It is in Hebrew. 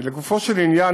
לגופו של עניין,